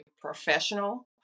professional